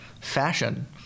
fashion